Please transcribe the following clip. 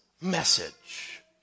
message